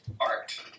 art